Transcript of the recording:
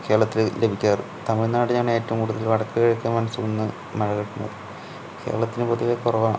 കേരളത്തില് ലഭിയ്ക്കാറ് തമിഴ് നാടിനാണ് ഏറ്റവും കൂടുതല് വടക്ക് കിഴക്കന് മൺസൂണിന്നു മഴ ലഭിക്കണതു കേരളത്തിന് പൊതുവേ കുറവാണ്